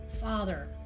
Father